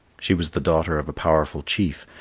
she was the daughter of a powerful chief,